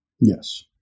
Yes